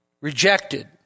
rejected